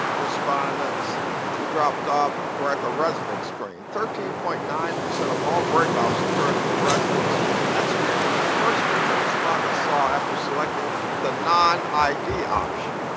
respondents who dropped off were at the residence screen. thirteen point nine of all breakoffs occurred at the residence screen. that screen was the first screen that respondents saw after selecting the non-i d. option.